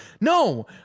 No